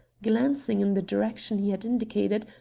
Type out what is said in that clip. glancing in the direction he had indicated,